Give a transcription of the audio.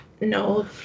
no